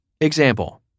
Example